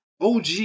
OG